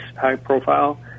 high-profile